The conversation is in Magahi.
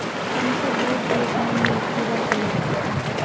हम सब बहुत परेशान हिये कीड़ा के ले के?